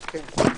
לא התקבלו.